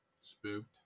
spooked